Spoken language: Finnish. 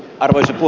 karhu